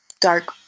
dark